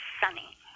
sunny